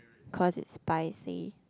cause it's spicy